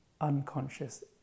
unconscious